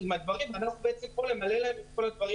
ואנחנו פה כדי למלא להן אותן.